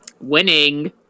winning